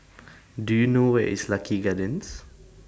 Do YOU know Where IS Lucky Gardens